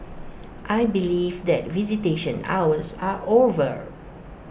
I believe that visitation hours are over